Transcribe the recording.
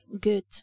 good